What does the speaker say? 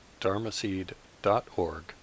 dharmaseed.org